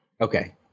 Okay